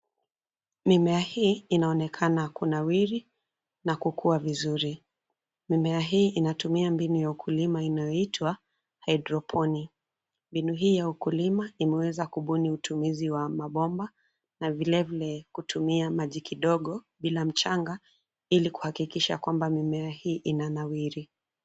Mimea hii inaonekana kunawiri na kukuwa vizuri. Mimea hii inatumia mbinu ya ukulima inayoitwa hydroponi. Mbinu hii ya ukulima imeweza kubuni utumizi wa mabomba, na vilevile kutumia maji kidogo bila mchanga ili kuhakikisha ya kwamba mimea hii inanawiri.